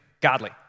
godly